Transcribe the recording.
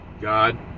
God